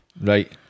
Right